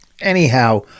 Anyhow